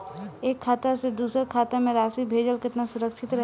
एक खाता से दूसर खाता में राशि भेजल केतना सुरक्षित रहेला?